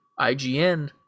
ign